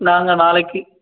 நாங்கள் நாளைக்கு